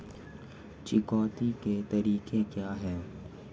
चुकौती के तरीके क्या हैं?